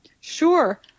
Sure